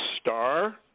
Star